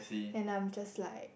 and I'm just like